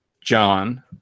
John